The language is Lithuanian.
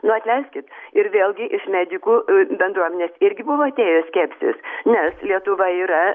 nu atleiskit ir vėlgi iš medikų bendruomenės irgi buvo atėjęs skiepytis nes lietuva yra